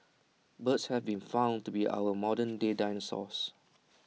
birds have been found to be our modernday dinosaurs